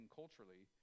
culturally